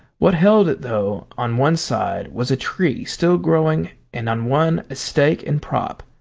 what held it though on one side was a tree still growing, and on one a stake and prop,